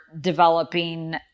developing